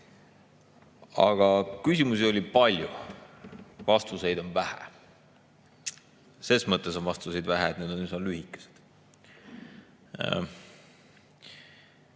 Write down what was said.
Aga küsimusi oli palju, vastuseid on vähe. Selles mõttes on vastuseid vähe, et need üsna lühikesed.